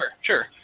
sure